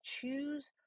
Choose